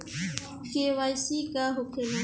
KYC का होखेला?